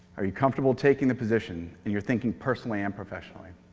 are you comfortable taking the position? you're thinking personally and professionally.